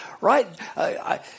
right